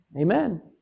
Amen